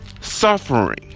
suffering